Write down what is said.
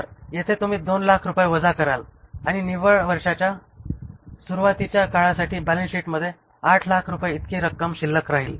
तर येथे तुम्ही 200000 रुपये वजा कराल आणि निव्वळ वर्षाच्या सुरूवातीच्या काळासाठी बॅलन्स शीटमध्ये 800000 इतकी किती रक्कम शिल्लक राहील